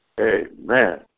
Amen